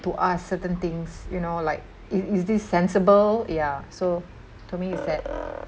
to ask certain things you know like i~ is this sensible ya so to me it's that